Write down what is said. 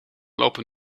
lopen